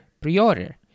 pre-order